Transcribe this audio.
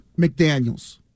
McDaniels